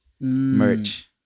merch